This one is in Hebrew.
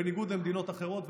בניגוד למדינות אחרות,